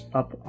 up